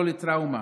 לא טראומה.